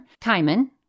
Timon